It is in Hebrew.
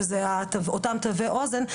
שאלה אותם תווי אוזן.